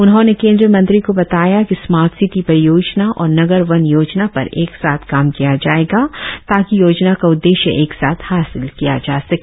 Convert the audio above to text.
उन्होंने केंद्रीय मंत्री को बताया कि स्मार्ट सिटी परियोजना और नगर वन योजना पर एक साथ काम किया जाएगा ताकि योजना का उद्देश्य एक साथ हासिल किया जा सके